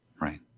Right